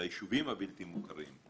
ביישובים הבלתי מוכרים.